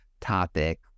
topic